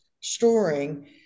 storing